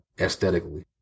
aesthetically